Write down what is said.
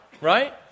right